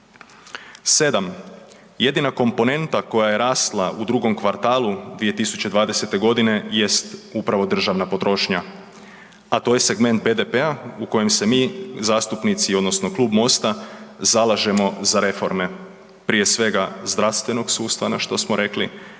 Sedam, jedina komponenta koja je rasla u drugom kvartalu 2020. godine jest upravo državna potrošnja, a to je segment BDP-a u kojem se mi zastupnici odnosno Klub MOST-a zalažemo za reforme, prije svega zdravstvenog sustava što smo rekli,